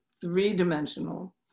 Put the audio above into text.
three-dimensional